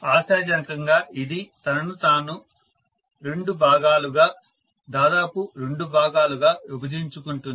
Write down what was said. ఆశాజనకంగా ఇది తనను తాను రెండు భాగాలుగా దాదాపు రెండు భాగాలుగా విభజించుకుంటుంది